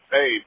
Hey